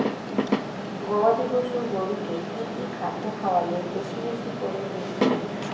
গবাদি পশু গরুকে কী কী খাদ্য খাওয়ালে বেশী বেশী করে দুধ দিবে?